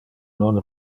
non